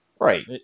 Right